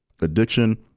addiction